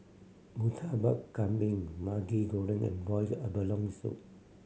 Murtabak Kambing Maggi Goreng and boiled abalone soup